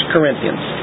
Corinthians